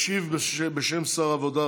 ישיב בשם שר העבודה,